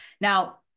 Now